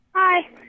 Hi